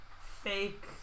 fake